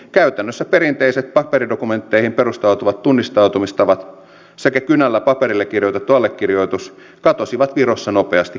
käytännössä perinteiset paperidokumentteihin perustautuvat tunnistautumistavat sekä kynällä paperille kirjoitettu allekirjoitus katosivat virossa nopeasti käytöstä